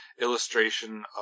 illustration